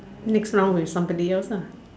next round with somebody else lah